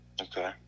Okay